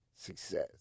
Success